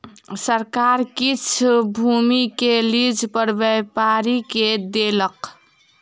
सरकार किछ भूमि के लीज पर व्यापारी के देलक